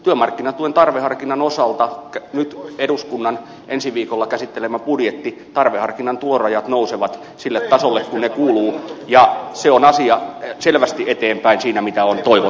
työmarkkinatuen tarveharkinnan osalta nyt eduskunnan ensi viikolla käsittelemässä budjetissa tarveharkinnan tulorajat nousevat sille tasolle kuin ne kuuluvat ja se on selvästi eteenpäin siinä mitä on toivottu